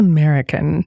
American